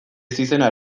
ezizena